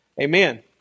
Amen